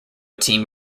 team